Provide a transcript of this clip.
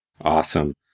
Awesome